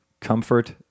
comfort